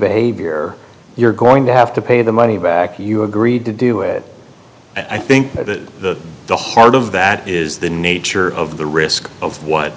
behavior you're going to have to pay the money back you agreed to do it and i think the the heart of that is the nature of the risk of what